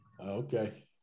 Okay